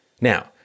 Now